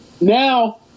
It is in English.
Now